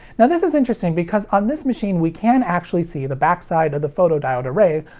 now this is interesting, because on this machine we can actually see the backside of the photodiode array,